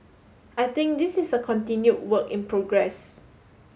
I think this is a continued work in progress